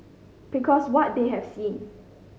because what they have seen